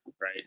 right